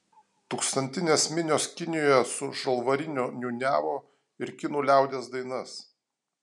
tūkstantinės minios kinijoje su žalvariniu niūniavo ir kinų liaudies dainas